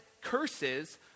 curses